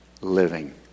living